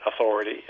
authority